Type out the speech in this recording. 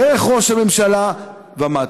דרך ראש הממשלה ומטה.